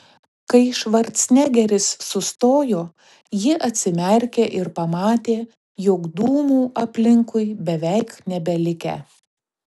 kai švarcnegeris sustojo ji atsimerkė ir pamatė jog dūmų aplinkui beveik nebelikę